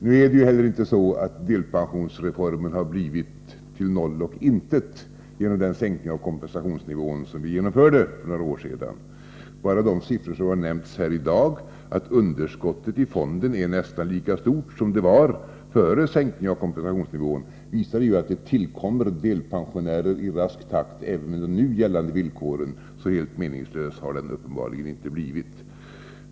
Nu är det inte heller så att delpensionsreformen har blivit till noll och intet genom den sänkning av kompensationsnivån som vi genomförde för något år sedan. Bara de siffror som nämnts här i dag — att underskottet i fonden är nästan lika stort som det var före sänkningen av kompensationsnivån — visar ju att det tillkommer delpensionärer i rask takt även med de nu gällande villkoren. Så helt meningslös har reformen uppenbarligen inte blivit.